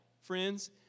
friends